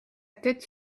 tête